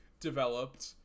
developed